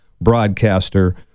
broadcaster